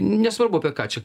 nesvarbu apie ką čia